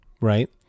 right